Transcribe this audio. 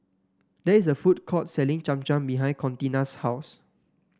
there is a food court selling Cham Cham behind Contina's house